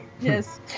yes